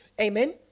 amen